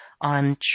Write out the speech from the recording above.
on